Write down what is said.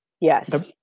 Yes